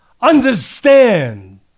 Understand